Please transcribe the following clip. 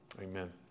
Amen